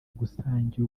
gusangira